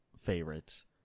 favorites